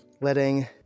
letting